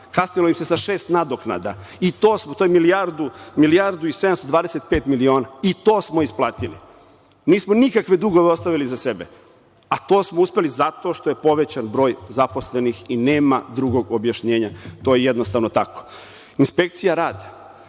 kasnilo im se sa šest nadoknada. To je milijardu i 725 miliona. I to smo isplatili. Nismo nikakve dugove ostavili iza sebe, a to smo uspeli zato što je povećan broj zaposlenih i nema drugog objašnjenja. To je jednostavno tako. Inspekcija rada